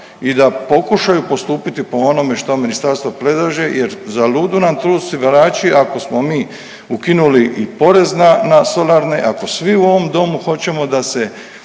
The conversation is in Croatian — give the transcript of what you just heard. i da pokušaju postupiti po onome što ministarstvo predlaže jer za ludu nam tu osigurači ako smo mi ukinuli i porezna na solarne, ako svi u ovom domu hoćemo da se